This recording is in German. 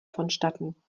vonstatten